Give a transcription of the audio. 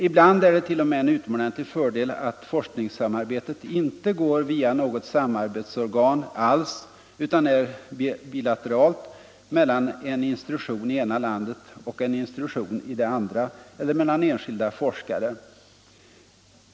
Ibland är det t.o.m. en utomordentlig fördel att forskningssamarbetet inte går via något samarbets organ alls utan är bilateralt mellan en institution i det ena landet och en institution i det andra eller mellan enskilda forskare.